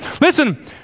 listen